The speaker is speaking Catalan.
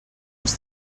els